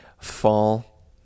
fall